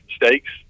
mistakes